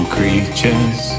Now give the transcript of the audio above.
creatures